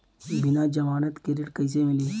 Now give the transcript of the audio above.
बिना जमानत के ऋण कईसे मिली?